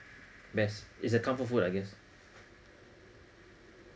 best it's a comfort food I guess